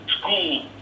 school